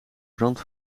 brand